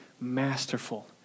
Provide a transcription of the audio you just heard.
masterful